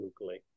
locally